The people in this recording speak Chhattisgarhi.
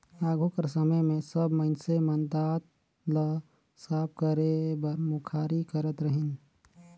आघु कर समे मे सब मइनसे मन दात ल साफ करे बर मुखारी करत रहिन